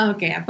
Okay